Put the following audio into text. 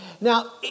Now